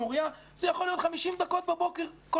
"מוריה" זה יכול לקחת 50 דקות בבוקר לכל כיוון.